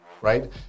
right